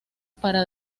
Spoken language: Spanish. para